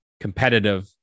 competitive